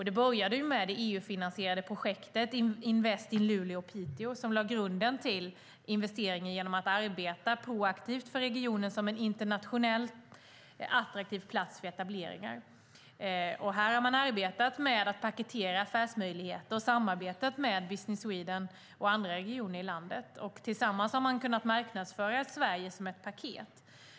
Det började med det EU-finansierade projektet Invest in Luleå & Piteå, som lade grunden till investeringen genom att man arbetade aktivt för att marknadsföra regionen som en internationellt attraktiv plats för etableringar. Här har man arbetat med att paketera affärsmöjligheter och samarbetat med Business Sweden och med andra regioner i landet. Tillsammans har man kunnat marknadsföra Sverige som ett paket.